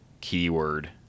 keyword